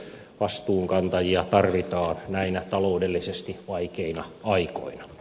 vastuunkantajia tarvitaan näinä taloudellisesti vaikeina aikoina